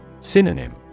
Synonym